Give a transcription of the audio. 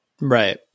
Right